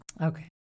Okay